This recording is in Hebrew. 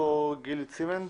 דוקטור גילי צימנד,